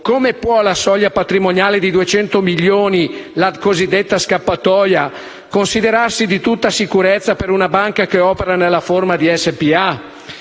come può la soglia patrimoniale di 200 milioni, la cosiddetta scappatoia, considerarsi di tutta sicurezza per una banca che opera nella forma di SpA?